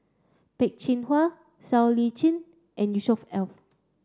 Peh Chin Hua Siow Lee Chin and Yusnor Ef